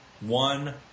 one